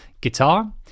guitar